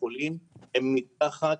הגיעו מים עד נפש.